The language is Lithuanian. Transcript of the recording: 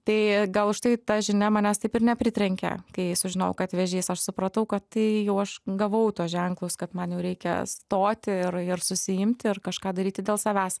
tai gal už tai ta žinia manęs taip ir nepritrenkė kai sužinojau kad vėžys aš supratau kad tai jau aš gavau tuos ženklus kad man jau reikia stoti ir ir susiimti ir kažką daryti dėl savęs